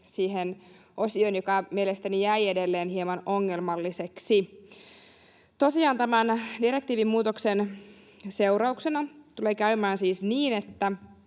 siihen osioon, joka mielestäni jäi edelleen hieman ongelmalliseksi. Tosiaan tämän direktiivimuutoksen seurauksena tulee käymään siis